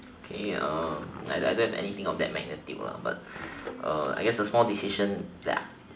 okay I don't don't have anything of that magnitude lah but I guess a small decision that I